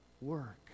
work